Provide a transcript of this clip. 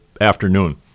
afternoon